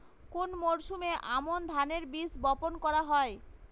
কোন মরশুমে আমন ধানের বীজ বপন করা হয়?